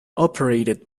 operated